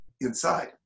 inside